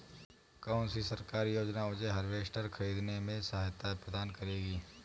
कौन सी सरकारी योजना मुझे हार्वेस्टर ख़रीदने में सहायता प्रदान करेगी?